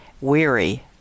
weary